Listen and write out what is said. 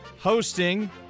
Hosting